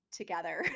together